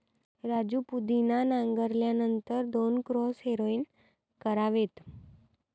राजू पुदिना नांगरल्यानंतर दोन क्रॉस हॅरोइंग करावेत